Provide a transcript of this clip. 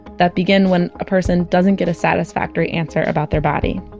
that begin when a person doesn't get a satisfactory answer about their body.